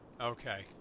Okay